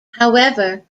however